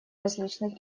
различных